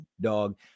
dog